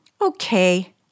Okay